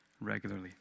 regularly